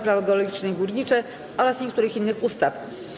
Prawo geologiczne i górnicze oraz niektórych innych ustaw.